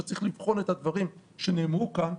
וצריך לבחון את הדברים שנאמרו כאן,